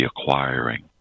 acquiring